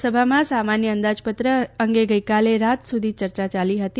લોકસભામાં સામાન્ય અંદાજપત્ર અંગે ગઇકાલે રાત સુધી ચર્ચા ચાલી હતી